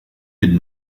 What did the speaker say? did